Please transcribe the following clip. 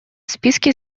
списке